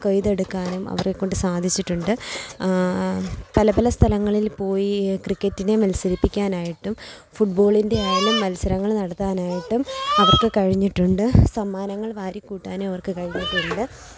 കൊയ്തെടുക്കാനും അവരെക്കൊണ്ട് സാധിച്ചിട്ടുണ്ട് പല പല സ്ഥലങ്ങളിൽ പോയി ക്രിക്കറ്റിനെ മത്സരിപ്പിക്കാനായിട്ടും ഫുട്ബോളിൻ്റെയായാലും മത്സരങ്ങൾ നടത്താനായിട്ടും അവർക്ക് കഴിഞ്ഞിട്ടുണ്ട് സമ്മാനങ്ങൾ വാരിക്കൂട്ടാനും അവർക്ക് കഴിഞ്ഞിട്ടുണ്ട്